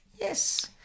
Yes